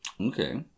Okay